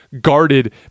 guarded